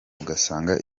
ugasanga